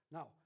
Now